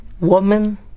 Woman